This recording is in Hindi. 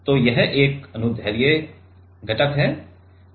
तो यह एक अनुदैर्ध्य घटक है